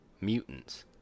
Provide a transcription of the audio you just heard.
Mutants